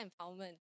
empowerment